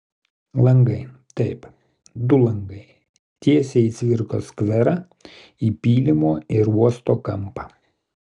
langai taip du langai tiesiai į cvirkos skverą į pylimo ir uosto kampą